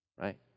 Right